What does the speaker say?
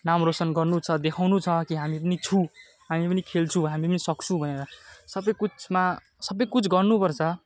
नाम रोसन गर्नु छ देखाउनु छ कि हामी पनि छौँ हामी पनि खेल्छौँ हामी पनि सक्छौँ भनेर सबै कुछमा सबै कुछ गर्नु पर्छ